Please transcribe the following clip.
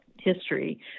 history